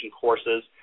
courses